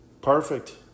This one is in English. Perfect